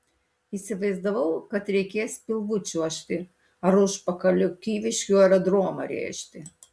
įsivaizdavau kad reikės pilvu čiuožti ar užpakaliu kyviškių aerodromą rėžti